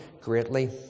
greatly